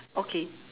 okay